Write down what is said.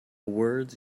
words